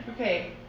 Okay